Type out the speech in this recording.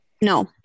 no